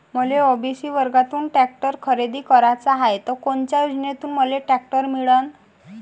मले ओ.बी.सी वर्गातून टॅक्टर खरेदी कराचा हाये त कोनच्या योजनेतून मले टॅक्टर मिळन?